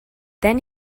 then